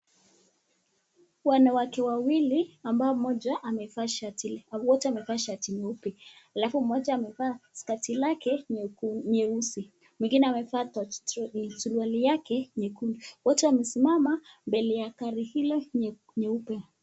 Wanawake wawili ambao mmoja amevaa shati, wote wamevaa shati nyeupe, alafu mmoja amevaa skati lake nyeusi. Mwingine amefanya suruali yake nyekundu. Wote wamesimama mbele ya Gari hilo nyeupe.